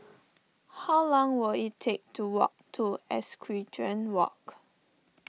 how long will it take to walk to Equestrian Walk